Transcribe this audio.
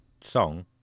song